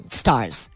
stars